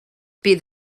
bydd